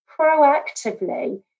proactively